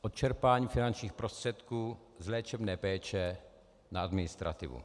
Odčerpání finančních prostředků z léčebné péče na administrativu.